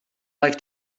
like